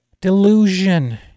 Delusion